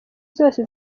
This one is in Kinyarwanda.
zose